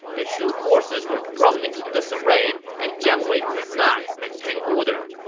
the shu forces were thrown into disarray, and jiang wei could not maintain order.